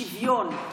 שוויון,